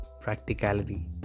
practicality